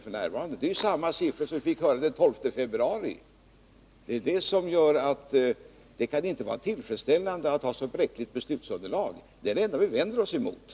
Men nu redovisas ju samma siffror som vi fick ta del av den 12 februari. Det kan inte vara tillfredsställande att ha ett så bräckligt beslutsunderlag, och det är detta vi vänder oss emot.